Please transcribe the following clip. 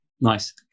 Nice